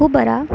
ஊபரா